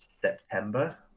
September